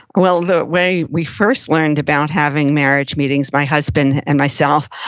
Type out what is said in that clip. well, the way we first learned about having marriage meetings, my husband and myself,